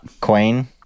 Queen